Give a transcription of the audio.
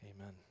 Amen